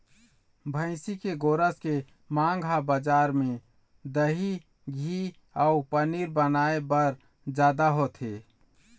भइसी के गोरस के मांग ह बजार म दही, घींव अउ पनीर बनाए बर जादा होथे